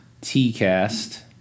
T-Cast